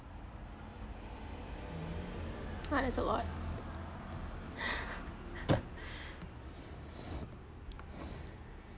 ah that's a lot